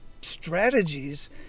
strategies